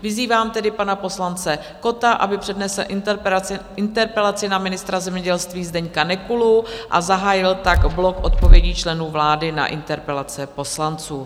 Vyzývám tedy pana poslance Kotta, aby přednesl interpelaci na ministra zemědělství Zdeňka Nekulu a zahájil tak blok odpovědí členů vlády na interpelace poslanců.